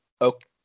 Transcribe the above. okay